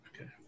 Okay